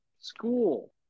School